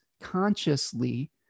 consciously